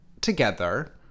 together